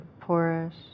porous